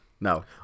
no